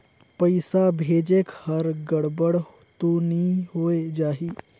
पइसा भेजेक हर गड़बड़ तो नि होए जाही?